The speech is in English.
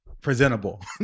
presentable